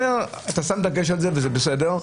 אתה שם דגש על זה וזה בסדר,